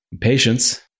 patience